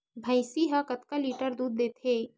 भंइसी हा कतका लीटर दूध देथे?